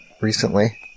recently